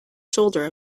shoulder